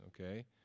okay